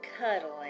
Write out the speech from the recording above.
cuddling